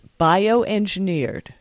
bioengineered